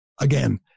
Again